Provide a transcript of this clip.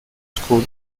school